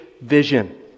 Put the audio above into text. vision